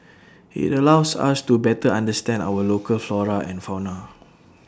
IT allows us to better understand our local flora and fauna